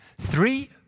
three